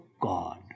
God